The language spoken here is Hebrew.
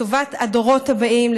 לטובת הדורות הבאים,